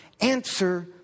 answer